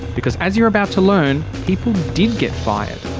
because as you're about to learn, people did get fired.